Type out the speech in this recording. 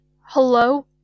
Hello